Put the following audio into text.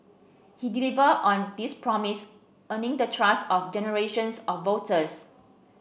he delivered on this promise earning the trust of generations of voters